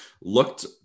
looked